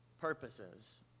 purposes